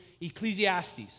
Ecclesiastes